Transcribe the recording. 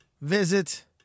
visit